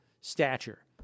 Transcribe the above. stature